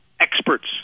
experts